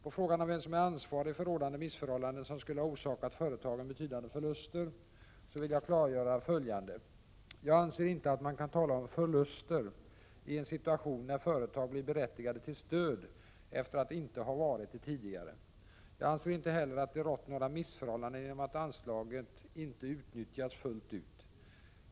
På frågan om vem som är ansvarig för rådande missförhållanden som skulle ha orsakat företagen betydande förluster vill jag klargöra följande: Jag anser inte att man kan tala om förluster i en situation när företag blir berättigade till stöd efter att inte ha varit det tidigare. Jag anser inte heller att det rått några missförhållanden genom att anslaget inte utnyttjats fullt ut.